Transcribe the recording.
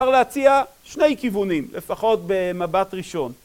אפשר להציע שני כיוונים לפחות במבט ראשון